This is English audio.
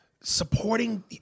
supporting